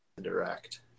direct